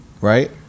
right